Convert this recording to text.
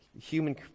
human